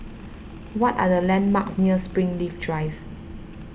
what are the landmarks near Springleaf Drive